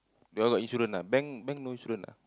you all got insurance ah bank bank no insurance ah